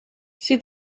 see